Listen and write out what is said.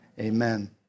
Amen